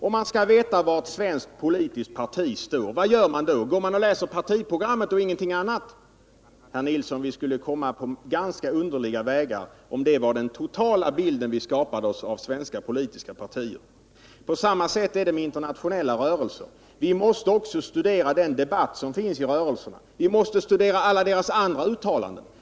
Om man vill veta var ett svenskt politiskt parti står, går man då och läser partiprogrammet och ingenting annat? Herr Nilsson, vi skulle komma in på ganska underliga vägar, om vi på det sättet skapade oss den totala bilden av svenska politiska partier. På samma sätt är det med internationella rörelser. Vi måste också studera den debatt som förs inom dem liksom alla deras andra uttalanden.